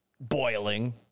boiling